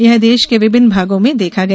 यह देश के विभिन्न भागों में देखा गया